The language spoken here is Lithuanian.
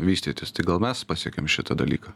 vystytis tai gal mes pasiekėm šitą dalyką